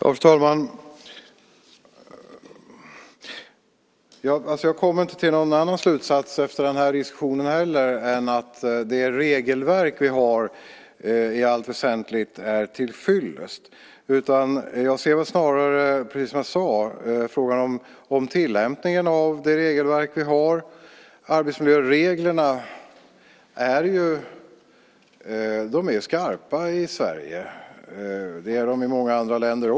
Fru talman! Jag kommer efter den här diskussionen inte till någon annan slutsats än att de regelverk vi har i allt väsentligt är tillfyllest. Jag ser väl snarare, precis som jag sade tidigare, att frågan gäller tillämpningen av de regelverk som finns. Arbetsmiljöreglerna i Sverige är skarpa, liksom i många andra länder.